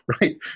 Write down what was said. right